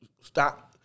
stop